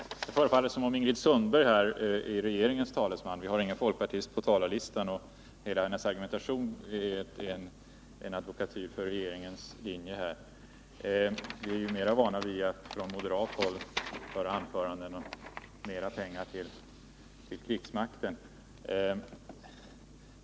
Herr talman! Det förefaller som om Ingrid Sundberg för regeringens talan i den här frågan. Det finns nämligen ingen folkpartist upptagen på talarlistan. Hela hennes argumentation är en advokatyr för regeringens linje. Vi är mer vana vid att från moderat håll få höra anföranden med krav på mer pengar till krigsmakten.